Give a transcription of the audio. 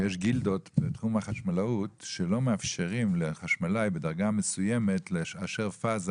שיש גילדות בתחום החשמלאות שלא מאפשרים לחשמלאי בדרגה מסוימת לאשר פאזה